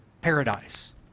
paradise